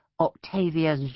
Octavia